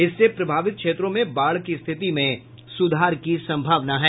इससे प्रभावित क्षेत्रों में बाढ़ की स्थिति में सुधार की सम्भावना है